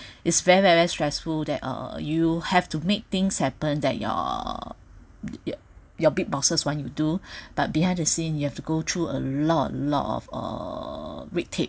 is very very very stressful that uh you have to make things happen that your your your big bosses want you do but behind the scene you have to go through a lot lot of uh red tapes